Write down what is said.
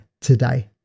today